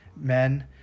Men